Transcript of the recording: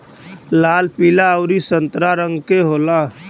लाल पीला अउरी संतरा रंग के होला